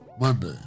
Monday